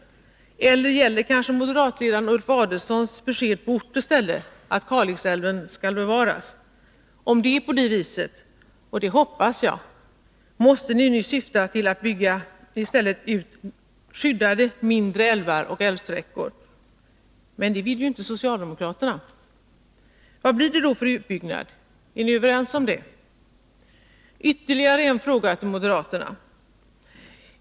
Eller gäller kanske moderatledaren Ulf Adelsohns besked på ort och ställe att Kalixälven skall bevaras? Om det är på det viset — och det hoppas jag — måste ni nu syfta till att i stället bygga ut skyddade mindre älvar och älvsträckor. Men det vill ju inte socialdemokraterna. Vad blir det då för utbyggnad? Är ni överens om det? Ytterligare en fråga till moderaterna.